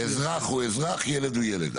אזרח הוא אזרח, ילד הוא ילד.